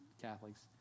Catholics